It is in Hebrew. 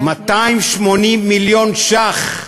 280 מיליון שקל.